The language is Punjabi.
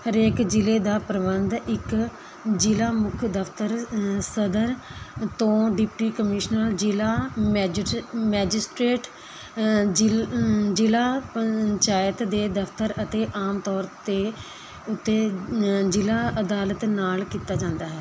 ਹਰੇਕ ਜ਼ਿਲ੍ਹੇ ਦਾ ਪ੍ਰਬੰਧ ਇੱਕ ਜ਼ਿਲ੍ਹਾ ਮੁੱਖ ਦਫ਼ਤਰ ਸਦਰ ਤੋਂ ਡਿਪਟੀ ਕਮਿਸ਼ਨਰ ਜ਼ਿਲ੍ਹਾ ਮੈਜਿਸ ਮੈਜਿਸਟ੍ਰੇਟ ਜਿ ਜ਼ਿਲ੍ਹਾ ਪੰਚਾਇਤ ਦੇ ਦਫ਼ਤਰ ਅਤੇ ਆਮ ਤੌਰ ਉੱਤੇ ਉੱਤੇ ਜ਼ਿਲ੍ਹਾ ਅਦਾਲਤ ਨਾਲ਼ ਕੀਤਾ ਜਾਂਦਾ ਹੈ